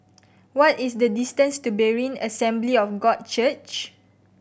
what is the distance to Berean Assembly of God Church